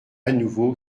nouveau